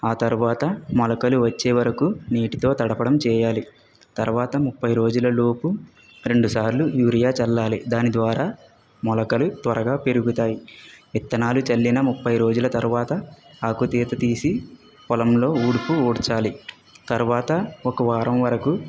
ఆ తర్వాత మొలకలు వచ్చేవరకు నీటితో తడపడం చేయాలి తర్వాత ముప్పై రోజులలోపు రెండుసార్లు యూరియా చల్లాలి దాని ద్వారా మొలకలు త్వరగా పెరుగుతాయి విత్తనాలు చెల్లిన ముప్పై రోజుల తర్వాత ఆకుతీత తీసి పొలంలో ఉడుపు ఉడ్చాలి తర్వాత ఒక వారం వరకు